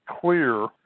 clear